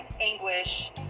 anguish